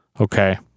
Okay